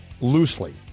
loosely